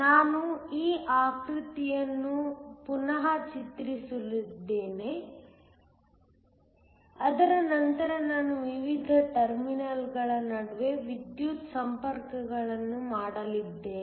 ನಾನು ಈ ಆಕೃತಿಯನ್ನು ಪುನಃ ಚಿತ್ರಿಸಲಿದ್ದೇನೆ ಅದರ ನಂತರ ನಾನು ವಿವಿಧ ಟರ್ಮಿನಲ್ಗಳ ನಡುವೆ ವಿದ್ಯುತ್ ಸಂಪರ್ಕಗಳನ್ನು ಮಾಡಲಿದ್ದೇನೆ